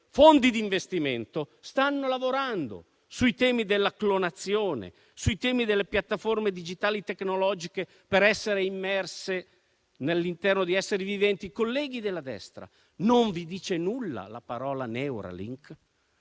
fondi d'investimento stanno lavorando sui temi della clonazione e delle piattaforme digitali tecnologiche per essere immesse all'interno di esseri viventi. Colleghi della destra, non vi dice nulla la parola Neuralink?